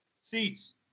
Seats